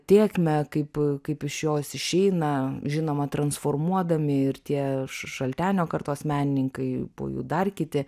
tėkmę kaip kaip iš jos išeina žinoma transformuodami ir tie šaltenio kartos menininkai po jų dar kiti